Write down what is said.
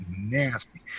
nasty